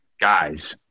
guys